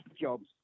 jobs